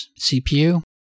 CPU